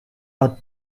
out